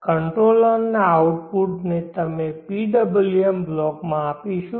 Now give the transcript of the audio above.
controller ના output ને અમે PWM બ્લોક માં આપીશું